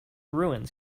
ruins